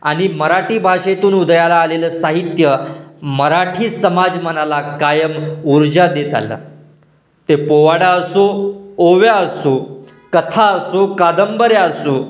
आणि मराठी भाषेतून उदयाला आलेलं साहित्य मराठी समाजमनाला कायम ऊर्जा देत आलं ते पोवाडा असो ओव्या असो कथा असो कादंबरी असो